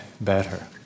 better